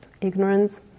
Ignorance